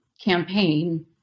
campaign